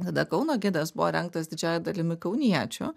tada kauno gidas buvo rengtas didžiąja dalimi kauniečių